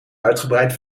uitgebreid